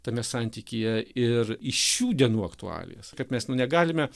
tame santykyje ir iš šių dienų aktualijos kad mes nu negalime